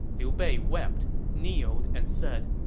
liu bei wept, kneeled, and said,